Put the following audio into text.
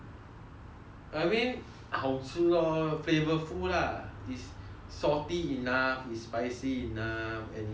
I mean 好吃 lor flavourful lah is salty enough is spicy and is nice